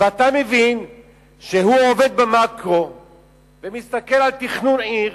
אתה מבין שהוא עובד במקרו ומסתכל על תכנון עיר,